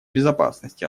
безопасности